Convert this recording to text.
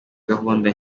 gahunda